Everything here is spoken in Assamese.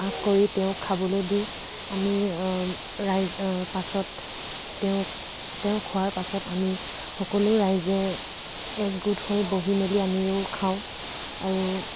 আগ কৰি তেওঁক খাবলৈ দি আমি ৰাইজ পাছত তেওঁক তেওঁক খোৱাৰ পাছত আমি সকলো ৰাইজে একগোট হৈ বহি মেলি আমিও খাওঁ আৰু